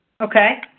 Okay